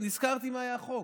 נזכרתי מה היה החוק: